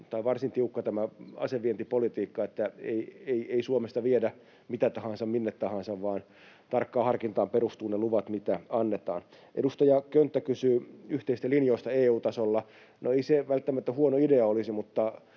tai varsin tiukka tämä asevientipolitiikka, eli ei Suomesta viedä mitä tahansa minne tahansa, vaan tarkkaan harkintaan perustuvat ne luvat, mitä annetaan. Edustaja Könttä kysyi yhteisistä linjoista EU-tasolla. No, ei se välttämättä huono idea olisi,